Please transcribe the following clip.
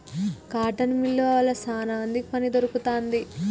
cotton మిల్లువ వల్ల శానా మందికి పని దొరుకుతాంది